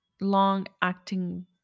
long-acting